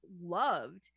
loved